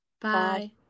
Bye